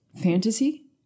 Fantasy